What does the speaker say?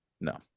no